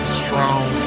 strong